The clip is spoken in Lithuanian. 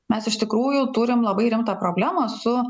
mes iš tikrųjų turim labai rimtą problemą su